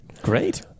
great